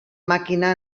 màquina